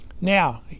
Now